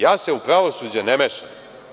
Ja se u pravosuđe ne mešam.